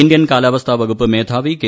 Indian കാലാവസ്ഥാ വകുപ്പ് മേധാവി കെ